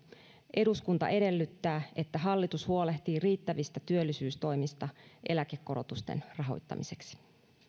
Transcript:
eduskunta edellyttää että hallitus huolehtii riittävistä työllisyystoimista eläkekorotusten rahoittamiseksi